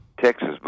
Texas